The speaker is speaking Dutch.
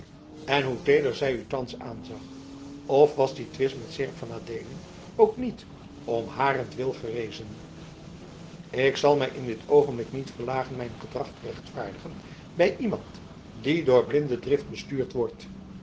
en hoe teeder zij u thans aanzag of was die twist met seerp van adeelen ook niet om harentwil gerezen ik zal mij in dit oogenblik niet verlagen mijn gedrag te rechtvaardigen bij iemand die door blinde drift bestuurd wordt